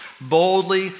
boldly